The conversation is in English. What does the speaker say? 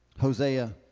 Hosea